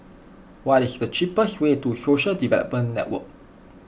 what is the cheapest way to Social Development Network